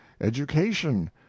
education